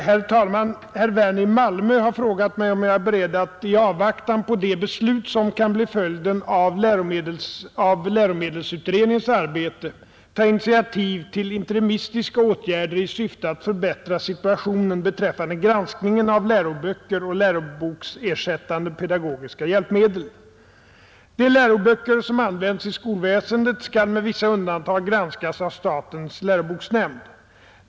Herr talman! Herr Werner i Malmö har frågat mig, om jag är beredd att i avvaktan på de beslut som kan bli följden av läromedelsutredningens arbete ta initiativ till interimistiska åtgärder i syfte att förbättra situationen beträffande granskningen av läroböcker och läroboksersättande pedagogiska hjälpmedel. De läroböcker som används i skolväsendet skall med vissa undantag granskas av statens läroboksnämnd.